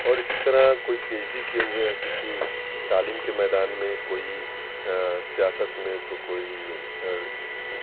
اور اسی طرح کوئی پی ایچ ڈی کیے ہوئے ہے کسی تعلیم کے میدان میں کوئی سیاست میں تو کوئی